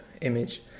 image